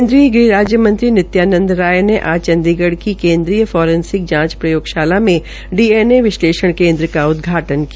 केन्द्रीय गृह राज्य मंत्री नित्यानंद राय ने आज चंडीगढ़ की केन्द्रीय फोरसेनिक जांच प्रयोगशाला में डीएनए विश्लेषण केन्द्र का उदघाटन किया